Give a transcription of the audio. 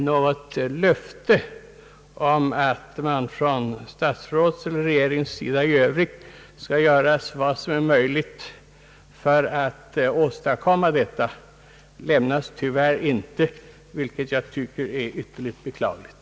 Något löfte om att statsrådet eller regeringen skall göra vad som är möjligt för att åstadkomma detta lämnas tyvärr inte, vilket jag tycker är ytterligt beklagligt.